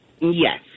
Yes